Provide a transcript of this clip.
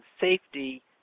Safety